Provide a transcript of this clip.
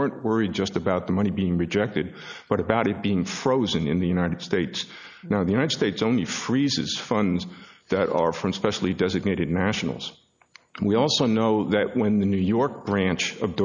weren't worried just about the money being rejected but about it being frozen in the united states the united states only freezes funds that are from specially designated nationals and we also know that when the new york branch of